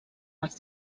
els